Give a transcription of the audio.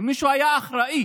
הרי מישהו היה אחראי